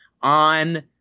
on –